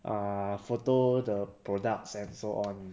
uh photo the products and so on